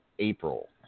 April